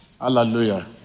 Hallelujah